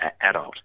adult